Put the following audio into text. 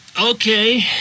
Okay